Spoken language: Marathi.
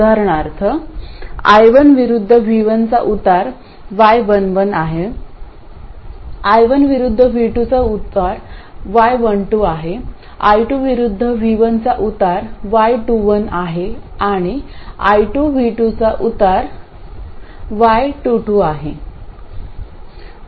उदाहरणार्थ I1 विरुद्ध V1 चा उतार y11 आहे I1 विरुद्ध V2 चा उतार y12 आहे I2 विरुद्ध V1 चा उतार y21 आहे आणि I2 विरुद्ध V2 चा उतार y22 आहे